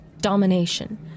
domination